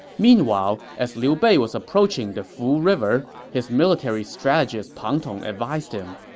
meanwhile, as liu bei was approaching the fu river, his military strategist pang tong advised him,